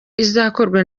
izakorwa